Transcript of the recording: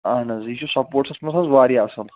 اہن حظ یہِ چھُ سَپوٹسس منٛز حظ واریاہ اصل